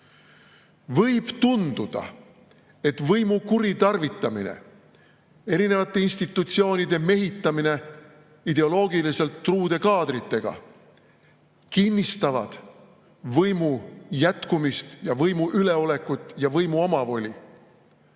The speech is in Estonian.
Võib tunduda, et võimu kuritarvitamine, erinevate institutsioonide mehitamine ideoloogiliselt truude kaadritega kinnistab võimu jätkumist ja võimu üleolekut ja võimu omavoli.